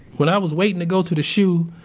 when i was waiting to go to the shu,